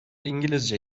i̇ngilizce